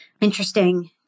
interesting